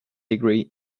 degree